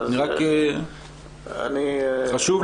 כל כך